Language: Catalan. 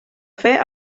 fer